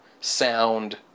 sound